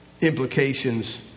implications